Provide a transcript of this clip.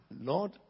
Lord